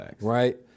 right